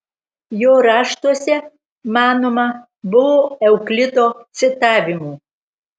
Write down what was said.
jo raštuose manoma buvo euklido citavimų